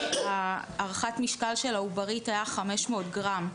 כשהערכת המשקל של העוברית היתה 500 גרם.